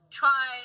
try